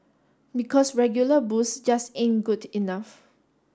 because regular booze just ain't good enough